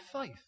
faith